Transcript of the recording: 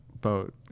boat